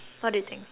what do you think